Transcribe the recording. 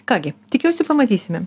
ką gi tikiuosi pamatysime